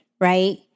right